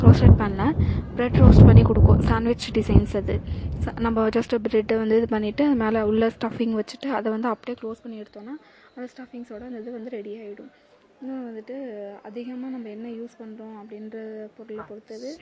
roasted பேன்ல bread roast பண்ணி கொடுக்கும் சேன்வெஜ் டிசைன்ஸ் அது நம்ம ஜஸ்ட் ப்ரெட்டை வந்து இது பண்ணிட்டு மேலே உள்ள ஸ்டஃப்பிங் வச்சிகிட்டு அதை வந்து அப்படியே க்ளோஸ் பண்ணி எடுத்தோம்ன்னா அந்த ஸ்டஃப்பிங்ஸோட அந்த இது வந்து ரெடி ஆகிடும் இன்னொன்னு வந்துட்டு அதிகமாக நம்ம என்ன யூஸ் பண்ணுறோம் அப்படின்ற பொருளை பொறுத்தது